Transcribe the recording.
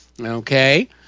okay